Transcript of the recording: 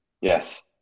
yes